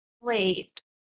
Wait